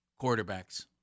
quarterbacks